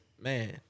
man